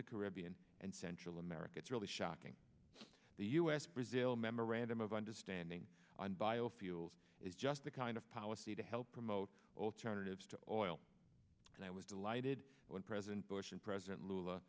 the caribbean and central america it's really shocking the u s brazil memorandum of understanding on biofuels is just the kind of policy to help promote alternatives to oil and i was delighted when president bush and president l